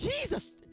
Jesus